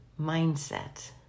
mindset